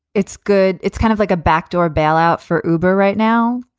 it's good. it's kind of like a backdoor bailout for uber right now,